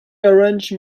arrange